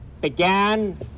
began